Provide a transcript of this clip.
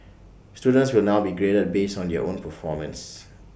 students will now be graded based on your own performance